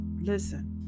Listen